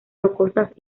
rocosas